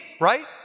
right